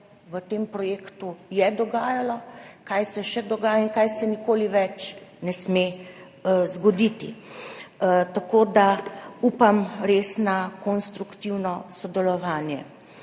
v tem projektu dogajalo, kaj se še dogaja in kaj se nikoli več ne sme zgoditi. Res upam, da bomo konstruktivno sodelovali.